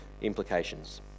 implications